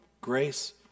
Grace